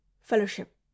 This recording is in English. fellowship